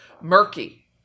murky